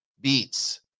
beats